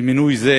במינוי זה